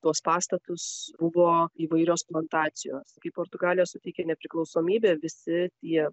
tuos pastatus buvo įvairios plantacijos kai portugalija sutikė nepriklausomybę visi tie